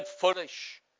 foolish